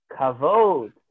Kavod